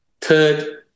Third